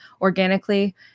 organically